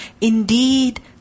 Indeed